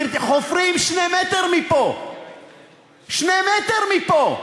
חופרים שני מטר מפה, שני מטר מפה.